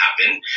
happen